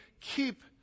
keep